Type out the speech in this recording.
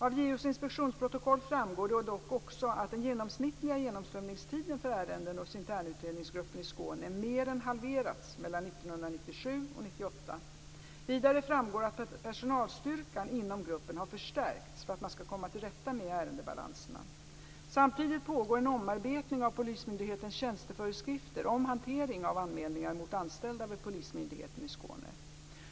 Av JO:s inspektionsprotokoll framgår det dock också att den genomsnittliga genomströmningstiden för ärenden hos internutredningsgruppen i Skåne mer än halverats mellan 1997 och 1998. Vidare framgår att personalstyrkan inom gruppen har förstärkts för att man skall komma till rätta med ärendebalanserna. Samtidigt pågår en omarbetning av polismyndighetens tjänsteföreskrifter om hantering av anmälningar mot anställda vid Polismyndigheten i Skåne.